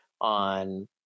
on